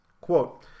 quote